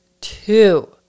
two